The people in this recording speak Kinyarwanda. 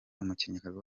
umukinnyikazi